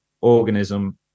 organism